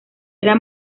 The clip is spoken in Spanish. era